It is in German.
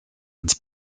ins